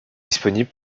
disponible